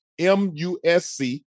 MUSC